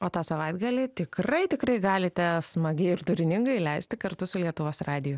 o tą savaitgalį tikrai tikrai galite smagiai ir turiningai leisti kartu su lietuvos radiju